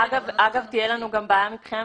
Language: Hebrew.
אגב, תהיה לנו גם בעיה מבחינה משפטית.